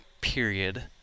period